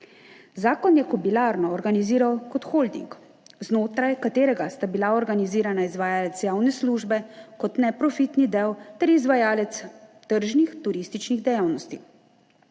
Zakon je Kobilarno organiziral kot holding, znotraj katerega sta bila organizirana izvajalec javne službe kot neprofitni del ter izvajalec tržnih turističnih dejavnosti.